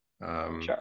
Sure